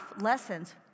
lessons